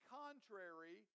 contrary